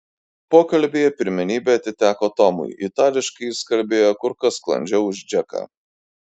pokalbyje pirmenybė atiteko tomui itališkai jis kalbėjo kur kas sklandžiau už džeką